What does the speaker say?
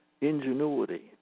ingenuity